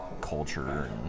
culture